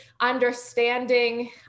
Understanding